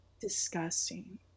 disgusting